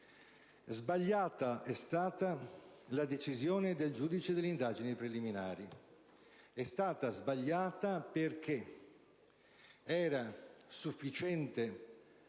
secondo cui la decisione del giudice delle indagini preliminari è stata sbagliata perché era sufficiente,